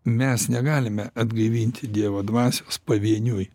mes negalime atgaivinti dievo dvasios pavieniui